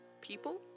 People